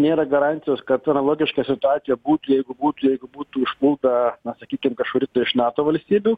nėra garantijos kad analogiška situacija būtų jeigu būtų jeigu būtų užpulta na sakykim kažkuri iš nato valstybių